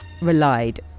relied